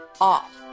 off